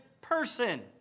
person